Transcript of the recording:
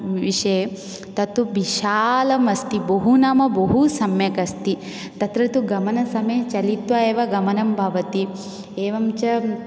विषये तत् तु विशालम् अस्ति बहु नाम बहु सम्यक् अस्ति तत्र तु गमनसमये चलित्वा एव गमनं भवति एवञ्च